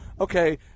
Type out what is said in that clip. okay